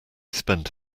spent